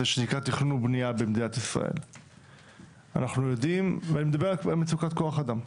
שנקרא תכנון ובנייה במדינת ישראל ואני מדבר על מצוקת כוח האדם.